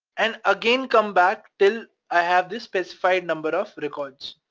and again come back until i have this specified number of records,